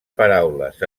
paraules